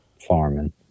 farming